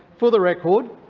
for the record,